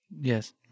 Yes